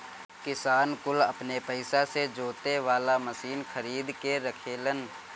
किसान कुल अपने पइसा से जोते वाला मशीन खरीद के रखेलन